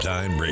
Time